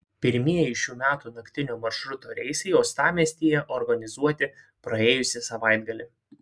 pirmieji šių metų naktinio maršruto reisai uostamiestyje organizuoti praėjusį savaitgalį